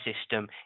system